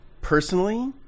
Personally